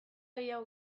gehiago